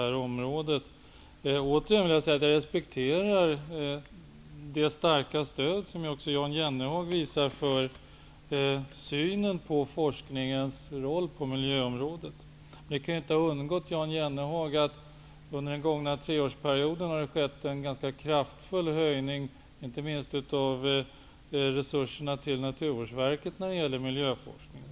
Jag vill återigen säga att jag respekterar det starka stöd som också Jan Jennehag visar för forskningens roll på miljöområdet. Det kan inte ha undgått Jan Jennehag att det under den gångna treårsperioden har skett en ganska kraftfull höjning inte minst av resurserna till Naturvårdsverket för miljöforskning.